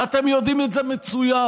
ואתם יודעים את זה מצוין.